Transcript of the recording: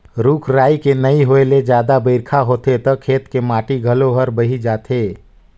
रूख राई के नइ होए ले जादा बइरखा होथे त खेत के माटी घलो हर बही जाथे